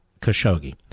Khashoggi